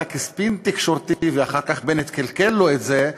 כספין תקשורתי ואחר כך בנט קלקל לו את זה,